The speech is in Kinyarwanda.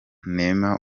neema